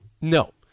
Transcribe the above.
No